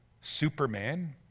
Superman